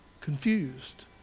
confused